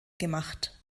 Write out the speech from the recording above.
gemacht